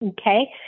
Okay